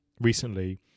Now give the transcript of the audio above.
recently